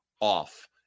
off